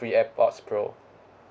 free AirPods pro